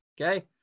okay